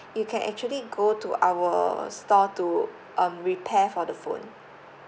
you can actually go to our store to um repair for the phone